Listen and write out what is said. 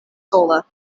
sola